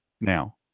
now